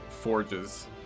Forge's